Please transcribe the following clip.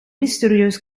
mysterieus